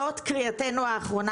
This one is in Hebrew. זו קריאתנו האחרונה.